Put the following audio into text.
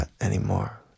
Anymore